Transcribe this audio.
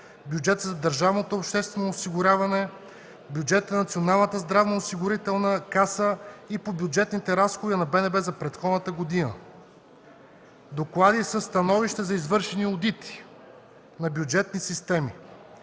бюджета за държавното обществено осигуряване; бюджета на Националната здравноосигурителна каса и по бюджетните разходи на БНБ за предходната година; доклади със становища за извършени одити на бюджетни системи;